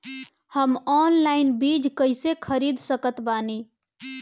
हम ऑनलाइन बीज कइसे खरीद सकत बानी?